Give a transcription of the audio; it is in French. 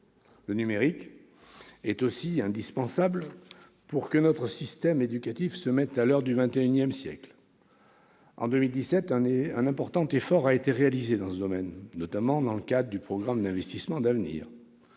au numérique est également indispensable pour que notre système éducatif se mette à l'heure du XXI siècle. En 2017, un important effort a été réalisé dans ce domaine, notamment dans le cadre du programme d'investissements d'avenir,